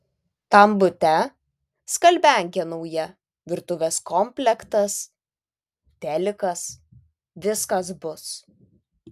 tam bute skalbiankė nauja virtuvės komplektas telikas viskas bus